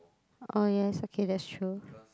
uh yes okay that's true